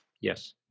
Yes